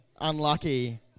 Unlucky